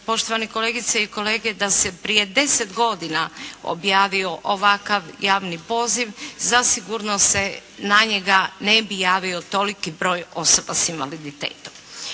poštovane kolegice i kolege, da se prije deset godina objavio ovakav javni poziv zasigurno se na njega ne bi javio toliki broj osoba s invaliditetom.